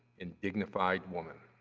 and dignified woman.